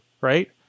right